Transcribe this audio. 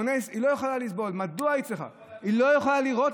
מה היא אמרה, שהיא לא יכולה לראות